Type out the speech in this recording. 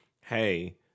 hey